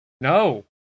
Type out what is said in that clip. No